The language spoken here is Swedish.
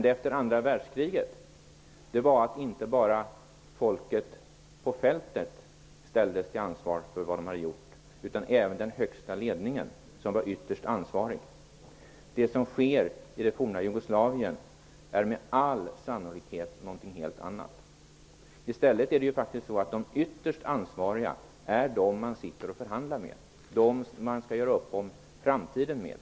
Efter andra världskriget var det inte bara folket på fältet som ställdes till ansvar för vad som hade gjorts. Även den högsta ledningen som var ytterst ansvarig ställdes till svars. Det som sker i det forna Jugoslavien är med all sannolikhet någonting helt annat. De ytterst ansvariga är de som man sitter och förhandlar med, de som man skall göra upp om framtiden med.